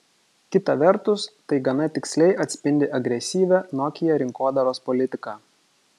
kita vertus tai gana tiksliai atspindi agresyvią nokia rinkodaros politiką